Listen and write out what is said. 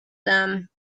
them